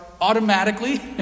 automatically